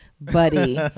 buddy